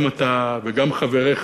גם אתה וגם חבריך.